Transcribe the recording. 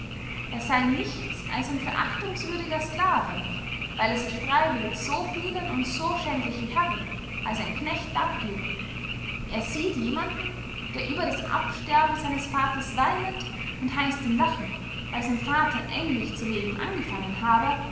er sey nichts als ein verachtungswürdiger sclave weil er sich freywillig so vielen und so schändlichen herren als einen knecht dargebe er sieht jemanden der über das absterben seines vaters weinet und heißt ihn lachen weil sein vater endlich zu leben angefangen habe